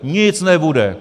Nic nebude!